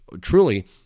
truly